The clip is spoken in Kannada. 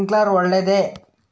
ಸ್ಪಿರಿನ್ಕ್ಲೆರ್ ಒಳ್ಳೇದೇ?